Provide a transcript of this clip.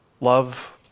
love